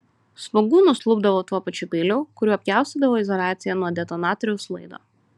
svogūnus lupdavo tuo pačiu peiliu kuriuo pjaustydavo izoliaciją nuo detonatoriaus laido